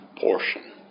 portion